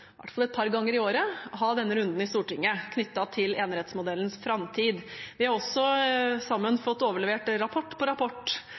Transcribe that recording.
hvert fall et par ganger i året å ha denne runden i Stortinget knyttet til enerettsmodellens framtid. Vi har også sammen fått overlevert rapport